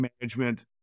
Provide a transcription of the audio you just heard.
management